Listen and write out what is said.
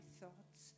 thoughts